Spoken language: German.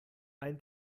ein